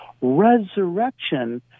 resurrection